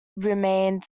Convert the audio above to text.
remained